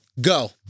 go